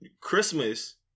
Christmas